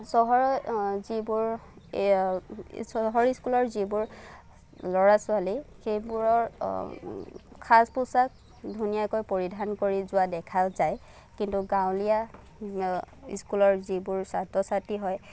চহৰৰ যিবোৰ এই চহৰৰ ইস্কুলৰ যিবোৰ ল'ৰা ছোৱালী সেইবোৰৰ সাজ পোছাক ধুনীয়াকৈ পৰিধান কৰি যোৱা দেখা যায় কিন্তু গাঁৱলীয়া ইস্কুলৰ যিবোৰ ছাত্ৰ ছাত্ৰী হয়